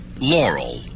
Laurel